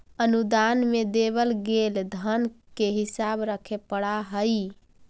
अनुदान में देवल गेल धन के हिसाब रखे पड़ा हई